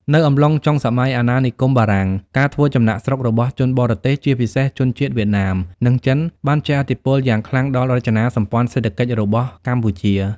នៅអំឡុងចុងសម័យអាណានិគមបារាំង ការធ្វើចំណាកស្រុករបស់ជនបរទេស ជាពិសេសជនជាតិវៀតណាម និងចិន បានជះឥទ្ធិពលយ៉ាងខ្លាំងដល់រចនាសម្ព័ន្ធសេដ្ឋកិច្ចរបស់កម្ពុជា។